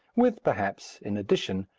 with, perhaps, in addition,